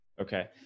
okay